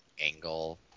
angle